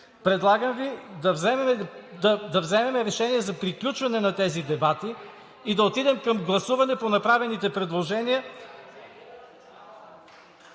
Предлагам Ви да вземем решение за приключване на тези дебати и да отидем към гласуване по направените предложения.